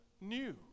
new